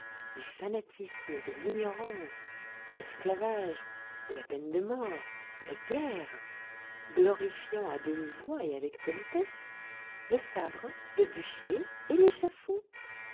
du fanatisme de l'ignorance de l'esclavage de la peine de mort de la guerre glorifiant à demi-voix et avec politesse le sabre le bûcher et